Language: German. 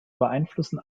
beeinflussen